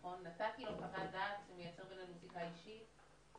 נתתי לו חוות דעת שמייצרת בינינו זיקה אישית?